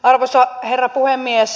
arvoisa herra puhemies